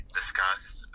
discussed